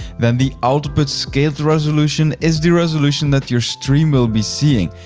then the output scaled resolution is the resolution that your stream will be seeing.